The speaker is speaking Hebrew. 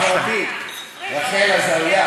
חברתי רחל עזריה,